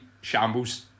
shambles